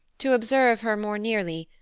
to observe her more nearly,